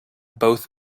both